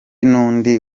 n’undi